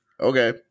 okay